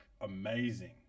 amazing